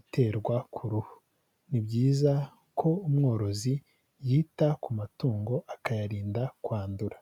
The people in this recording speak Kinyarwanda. uterwa ku ruhu, ni byiza ko umworozi yita ku matungo akayarinda kwandura.